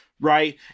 Right